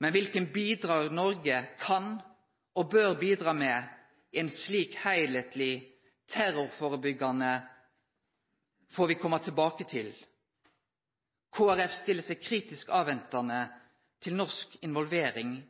men kva Noreg kan og bør bidra med i ei slik heilskapleg terrorførebygging får me kome tilbake til. Kristeleg Folkeparti stiller seg kritisk avventande til norsk involvering